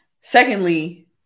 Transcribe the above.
Secondly